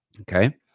Okay